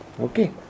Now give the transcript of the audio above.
Okay